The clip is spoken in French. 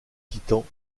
titans